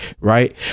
right